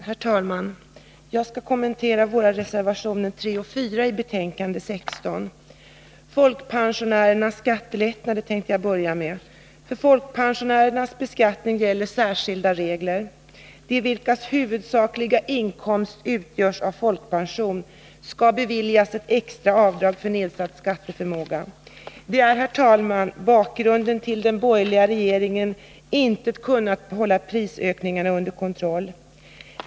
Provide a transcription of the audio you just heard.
Herr talman! Jag skall kommentera våra reservationer 3 och 4 vid skatteutskottets betänkande 16 och tänker börja med frågan om folkpensionärernas skattelättnader. För folkpensionärernas beskattning gäller särskilda regler. De vilkas huvudsakliga inkomst utgörs av folkpension skall beviljas ett extra avdrag för nedsatt skatteförmåga. Bakgrunden till detta, herr talman, är att den borgerliga majoriteten inte kunnat hålla prisökningen under kontroll.